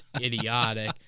idiotic